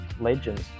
legends